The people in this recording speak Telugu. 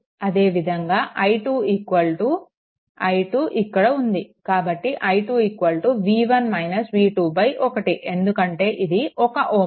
అదే విధంగా i2 i2 ఇక్కడ ఉంది కాబట్టి i 2 1 ఎందుకంటే ఇది 1 Ω